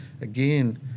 again